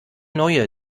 neue